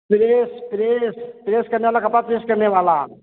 press press press करने वाला कपड़ा प्रेस करने वाला